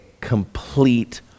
complete